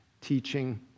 teaching